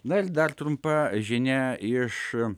na ir dar trumpa žinia iš